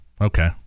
Okay